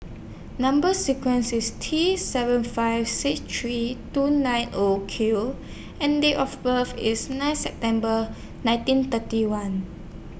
Number sequence IS T seven five six three two nine O Q and Date of birth IS nine September nineteen thirty one